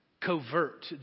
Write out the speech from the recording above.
covert